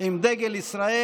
עם דגל ישראל,